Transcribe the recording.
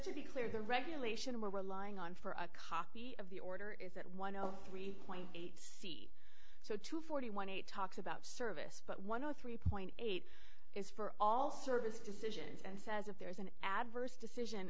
be clear the regulation we're relying on for a copy of the order is at one of three point eight so two forty one eight talks about service but one or three point eight is for all service decisions and says if there is an adverse decision